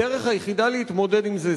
הדרך היחידה להתמודד עם זה,